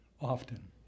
often